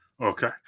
Okay